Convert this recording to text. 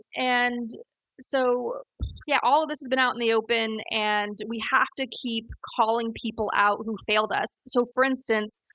and so yeah all of this has been out in the open, and we have to keep calling people out who failed us. so, for instance,